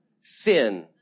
sin